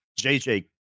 JJ